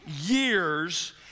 years